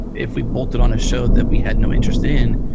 if we bolted on a show that we had no interest in,